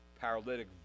paralytic